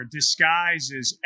disguises